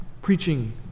Preaching